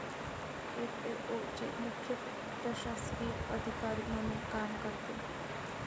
FAO चे मुख्य प्रशासकीय अधिकारी म्हणून काम करते